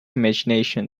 imagination